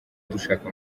dushaka